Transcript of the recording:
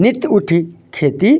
नित उठी खेती